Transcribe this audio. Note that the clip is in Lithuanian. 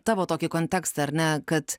tavo tokį kontekstą ar ne kad